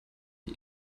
die